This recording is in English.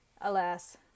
alas